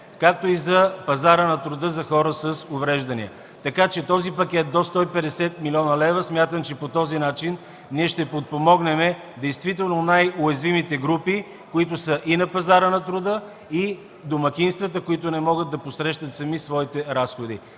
както и за пазара на труда за хора с увреждания. Така че този пакет – до 150 млн. лв., смятам, че по този начин ще подпомогнем действително най-уязвимите групи, които са на пазара на труда и на домакинствата, които не могат да посрещат сами своите разходи.